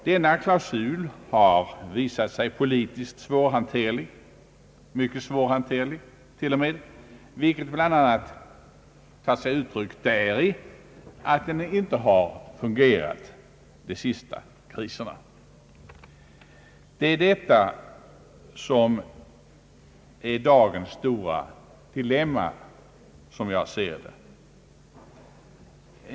Denna klausul har visat sig politiskt svårhanterlig — mycket svårhanterlig till och med — vilket bl.a. tagit sig uttryck i att den inte fungerat under de senaste kriserna. Det är detta som enligt min uppfattning är dagens stora dilemma.